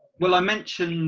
well, i mentioned